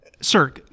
Sir